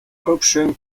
option